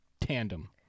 tandem